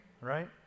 right